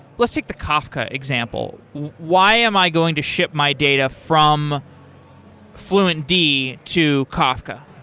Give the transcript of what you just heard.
let's take the kafka example. why am i going to ship my data from fluentd to kafka?